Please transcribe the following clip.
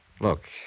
Look